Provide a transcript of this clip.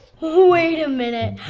wait a minute.